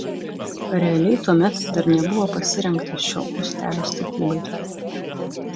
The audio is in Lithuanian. realiai tuomet dar nebuvo pasirengta šio uostelio statybai